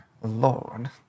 Lord